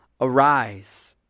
Arise